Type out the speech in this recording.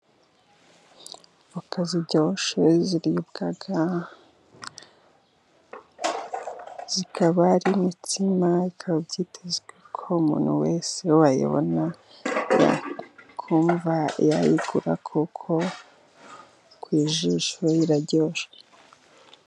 Voka ziryoshye ziribwa zikaba ari imitsima ikaba byitezwe ko umuntu wese wayibona yakumva yayigura kuko ku ijisho iraryoshye.